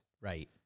right